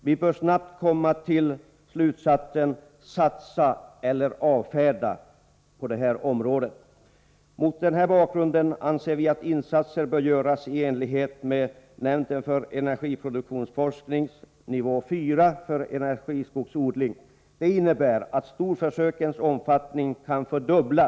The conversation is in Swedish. Vi bör försöka att snabbt komma fram till ett avgörande om att satsa på detta alternativ eller avfärda det. Mot den bakgrunden anser vi att insatser bör göras i enlighet med nämndens för energiproduktionsforskning nivå 4 för energiskogsodling. Det innebär att storförsökens omfattning kan fördubblas.